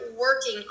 working